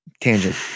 tangent